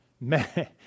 man